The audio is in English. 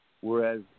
Whereas